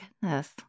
goodness